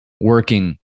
working